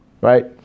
right